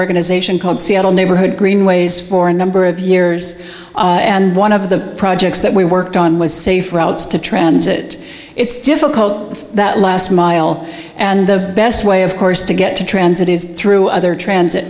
organization called seattle neighborhood greenways for a number of years and one of the that we worked on was safe routes to transit it's difficult that last mile and the best way of course to get to transit is through other transit